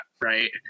right